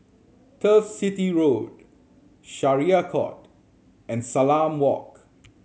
Turf City Road Syariah Court and Salam Walk